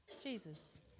Jesus